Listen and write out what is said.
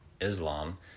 Islam